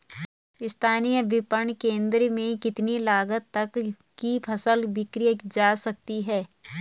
स्थानीय विपणन केंद्र में कितनी लागत तक कि फसल विक्रय जा सकती है?